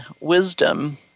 wisdom